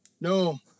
No